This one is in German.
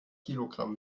kilogramm